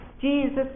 Jesus